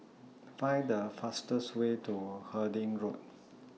Find The fastest Way to Harding Road